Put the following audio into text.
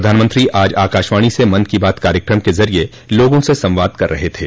प्रधानमंत्री आज आकाशवाणी से मन की बात कार्यकम के जरिए लोगों से संवाद कर रहे थे